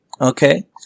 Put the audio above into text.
Okay